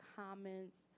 comments